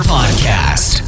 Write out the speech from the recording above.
Podcast